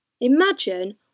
imagine